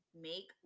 make